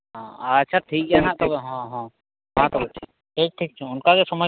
ᱟᱪᱪᱷᱟ ᱴᱷᱤᱠᱜᱮᱭᱟ ᱦᱟᱜ ᱛᱚᱵᱮ ᱦᱮᱸ ᱦᱮᱸ ᱦᱮᱸ ᱛᱚᱵᱮ ᱴᱷᱤᱠ ᱴᱷᱤᱠ ᱚᱱᱠᱟᱜᱮ ᱥᱚᱢᱚᱭ